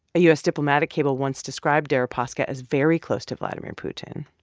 a u s. diplomatic cable once described deripaska as very close to vladimir putin.